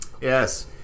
Yes